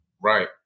Right